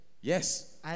Yes